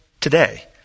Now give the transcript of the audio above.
today